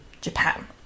Japan